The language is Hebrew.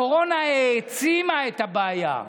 הקורונה העצימה את הבעיה,